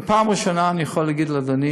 בפעם הראשונה אני יכול להגיד לאדוני